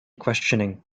questioning